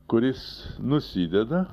kuris nusideda